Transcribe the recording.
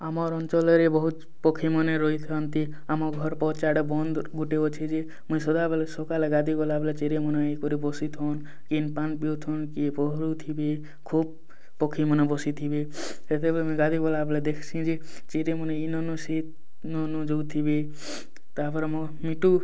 ଆମର୍ ଅଞ୍ଚଳରେ ବହୁତ୍ ପକ୍ଷୀମାନେ ରହିଥାନ୍ତି ଆମ ଘର ପଛ ଆଡ଼େ ବନ୍ଧ୍ ଗୋଟେ ଅଛି ଯେ ମୁଇଁ ସଦାବେଳେ ସକାଳେ ଗାଧେଇ ଗଲା ବେଳେ ଚିରେ ମୁଣାଇ କରି ବସିଥନ୍ କିଏ ପାନ୍ ପିଉଥନ୍ କିଏ ପହଁରୁ ଥିବେ ଖୁବ୍ ପକ୍ଷୀମାନେ ବସି ଥିବେ ସେତେବେଲେ ମୁଁ ଗାଧି ଗଲାବେଳେ ଦେଖ୍ସିଁ ଯେ ଚିରେ ମୁଣାଇ ଇନ୍ ଉହିଁସି ଇହିଁ ନୁ ଯଉ ଥିବେ ତାପରେ ମୋ ମିଟୁ